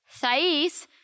Thais